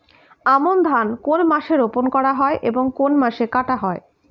আমন ধান কোন মাসে রোপণ করা হয় এবং কোন মাসে কাটা হয়?